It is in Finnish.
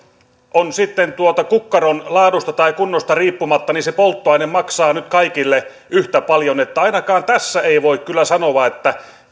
sitten kukkaron laadusta tai kunnosta riippumatta se polttoaine maksaa nyt kaikille yhtä paljon että ainakaan tässä ei voi kyllä sanoa että